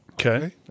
okay